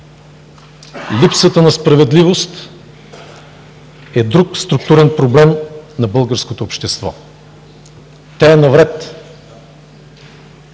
Липсата на справедливост е друг структурен проблем на българското общество. Тя е навред